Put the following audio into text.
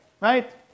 right